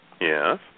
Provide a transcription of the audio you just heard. Yes